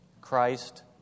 Christ